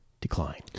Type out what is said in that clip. decline